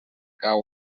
cauen